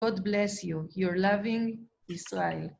God bless you. Your loving Israel.